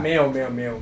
没有没有没有